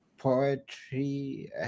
poetry